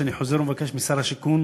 ואני חוזר ומבקש משר השיכון